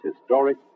historic